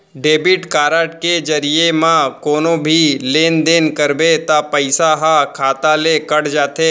debit card के जरिये म कोनो भी लेन देन करबे त पइसा ह खाता ले कट जाथे